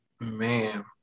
Man